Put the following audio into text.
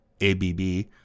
ABB